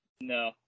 No